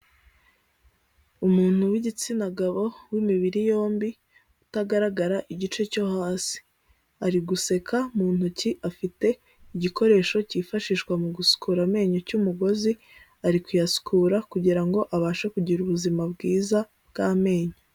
Umuntu w'igitsina gabo w'imibiri yombi utagaragara igice cyo hasi, ariguseka mu ntoki afite igikoresho cyifashishwa mu gusukura amenyo cy'umugozi ari kuyasukura kugira ngo ngo abashe kugira ubuzima bwiza bw'amenyo.